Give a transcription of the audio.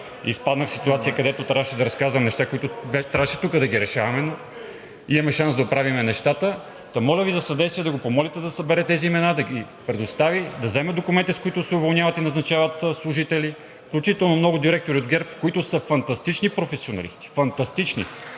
изпаднах в ситуация, в която трябваше да разказвам неща, които трябваше тук да ги решаваме. Но имаме шанс да оправим нещата. Моля Ви за съдействие – да го помолите да събере тези имена, да ги предостави, да вземе документите, с които се уволняват и назначават служители, включително и много директори от ГЕРБ, които са фантастични професионалисти – фантастични,